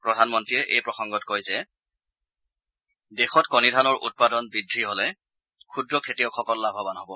প্ৰধানমন্ৰীয়ে এই প্ৰসংগত কয় যে দেশত কণিধানৰ উৎপাদন বৃদ্ধি হলে ক্ষুদ্ৰ খেতিয়কসকল লাভৱান হ'ব